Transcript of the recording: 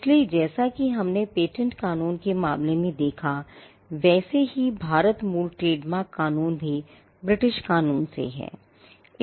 इसलिए जैसा कि हमने पेटेंट कानून के मामले में देखा था वैसे ही भारतमूल ट्रेडमार्क कानून भी ब्रिटिश क़ानून से है